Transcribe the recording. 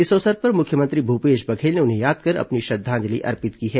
इस अवसर पर मुख्यमंत्री भूपेश बघेल ने उन्हें याद कर अपनी श्रद्धांजलि अर्पित की है